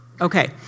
okay